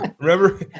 Remember